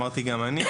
אמרתי גם אני,